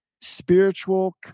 spiritual